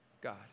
God